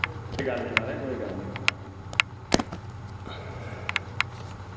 कोई गल्ल निं महाराज कोई गल्ल निं